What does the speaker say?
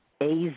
AZ